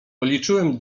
policzyłem